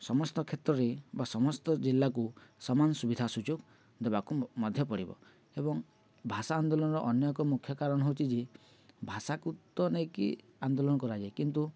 ସମସ୍ତ କ୍ଷେତ୍ରରେ ବା ସମସ୍ତ ଜିଲ୍ଲାକୁ ସମାନ ସୁବିଧା ସୁଯୋଗ ଦେବାକୁ ମଧ୍ୟ ପଡ଼ିବ ଏବଂ ଭାଷା ଆନ୍ଦୋଳନର ଅନ୍ୟ ଏକ ମୁଖ୍ୟ କାରଣ ହେଉଛି ଯେ ଭାଷାକୁ ତ ନେଇକି ଆନ୍ଦୋଳନ କରାଯାଏ କିନ୍ତୁ